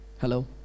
Hello